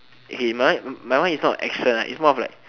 okay my one my one is not an action ah is more of like